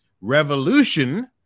revolution